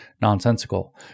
nonsensical